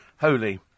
holy